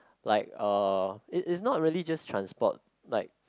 like uh its its not really just transport like